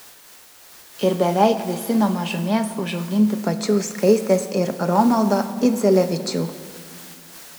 ir beveik visi nuo mažumės užauginti pačių skaistės ir romaldo idzelevičių